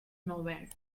nowhere